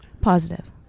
Positive